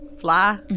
fly